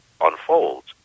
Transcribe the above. unfolds